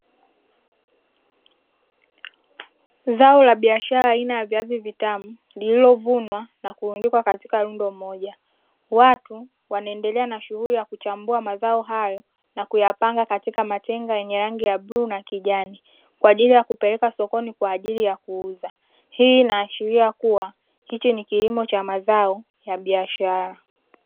Zao la biashara aina ya viazi vitamu lililovunwa na kurundikwa katika rundo moja, watu wanaendelea na shughuli ya kuchambua mazao hayo na kuyapanga katika matenga yenye rangi ya bluu na kijani, kwa ajili ya kupelekwa sokoni kwa ajili ya kuuza. Hii inaashiria kuwa hiki ni kilimo cha mazao ya biashara.